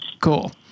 Cool